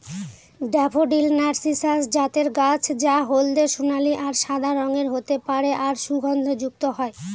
daffodil narcissus জাতের গাছ যা হলদে সোনালী আর সাদা রঙের হতে পারে আর সুগন্ধযুক্ত হয়